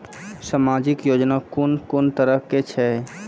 समाजिक योजना कून कून तरहक छै?